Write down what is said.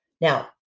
Now